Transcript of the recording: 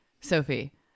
Sophie